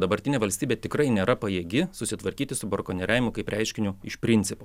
dabartinė valstybė tikrai nėra pajėgi susitvarkyti su brakonieriavimu kaip reiškiniu iš principo